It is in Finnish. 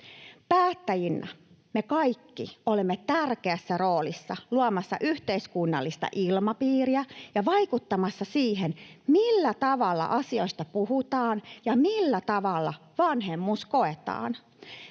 Päättäjinä me kaikki olemme tärkeässä roolissa luomassa yhteiskunnallista ilmapiiriä ja vaikuttamassa siihen, millä tavalla asioista puhutaan ja millä tavalla vanhemmuus koetaan.